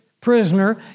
prisoner